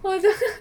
what the